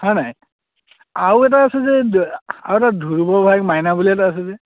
হয় নাই আৰু এটা আছে যে আৰু এটা ধ্ৰুৱ ভায়েক মাইনা বুলি এটা আছে যে